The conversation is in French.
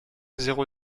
zéro